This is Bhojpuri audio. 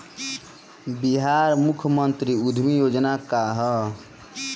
बिहार मुख्यमंत्री उद्यमी योजना का है?